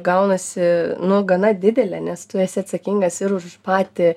gaunasi nu gana didelė nes tu esi atsakingas ir už patį